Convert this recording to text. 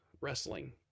wrestling